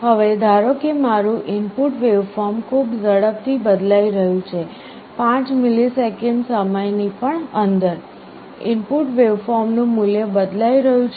હવે ધારો કે મારું ઇનપુટ વેવફોર્મ ખૂબ ઝડપથી બદલાઈ રહ્યું છે 5 મિલિસેકન્ડ સમયની પણ અંદર ઇનપુટ વેવફોર્મનું મૂલ્ય બદલાઈ રહ્યું છે